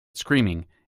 screaming